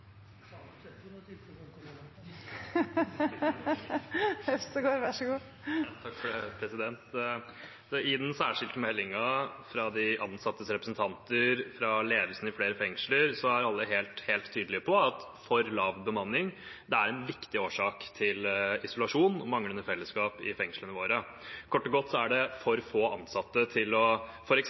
de ansattes representanter og ledelsen i flere fengsler helt tydelige på at for lav bemanning er en viktig årsak til isolasjon og manglende fellesskap i fengslene våre. Kort og godt er det for få ansatte til f.eks. å